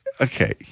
Okay